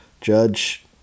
judge